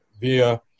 via